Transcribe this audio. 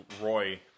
Roy